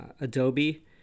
adobe